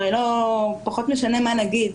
הרי פחות משנה מה נגיד,